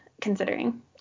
considering